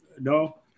no